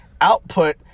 output